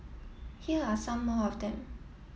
here are some more of them